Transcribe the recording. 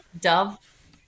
Dove